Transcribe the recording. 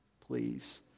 please